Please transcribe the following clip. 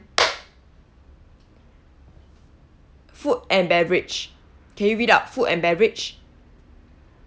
food and beverage can you read up food and beverage